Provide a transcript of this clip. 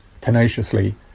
tenaciously